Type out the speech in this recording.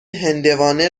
هندوانه